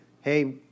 Hey